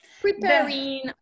Preparing